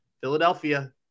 Philadelphia